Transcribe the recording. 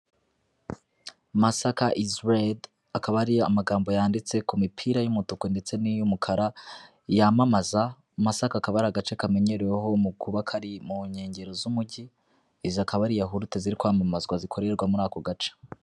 Masaka isiredi akaba ari amagambogambo yanditse ku mipira y'umutuku ndetse n'iy'umukara, yamamaza Masaka akaba ari agace kamenyereweho mu kuba kari mu nkengero z'umujyi, izii akaba ari yahurute ziri kwamamazwa zikorerwa muri ako gace.